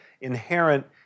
inherent